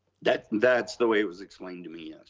that's that's the way it was explained to me.